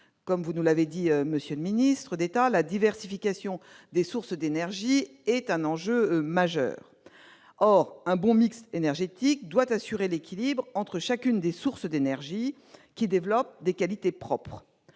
Comme vous l'avez souligné, monsieur le ministre d'État, la diversification des sources d'énergie est un enjeu majeur. Or un bon mix énergétique doit garantir l'équilibre entre chacune des sources d'énergie qui présentent des qualités propres.